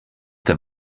der